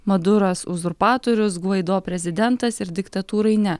maduras uzurpatorius gvaido prezidentas ir diktatūrai ne